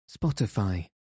Spotify